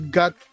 got